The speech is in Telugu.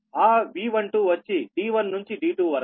ఆ V12 వచ్చి D1 నుంచి D2 వరకు